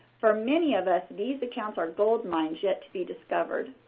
for many of us, these accounts are goldmines yet to be discovered.